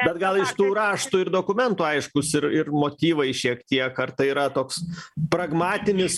bet gal iš tų raštų ir dokumentų aiškūs ir ir motyvai šiek tiek ar tai yra toks pragmatinis